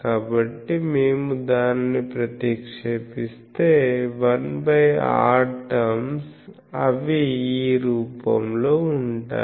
కాబట్టి మేము దానిని ప్రతిక్షేపిస్తే 1r టర్మ్స్ అవి ఈ రూపంలో ఉంటాయి